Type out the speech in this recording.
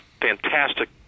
fantastic